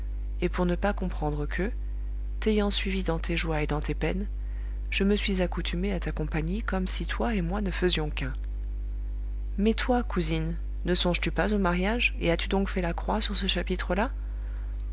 et pour ne pas comprendre que t'ayant suivie dans tes joies et dans tes peines je me suis accoutumé à ta compagnie comme si toi et moi ne faisions qu'un mais toi cousine ne songes-tu pas au mariage et as-tu donc fait la croix sur ce chapitre-là